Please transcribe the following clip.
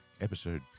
episode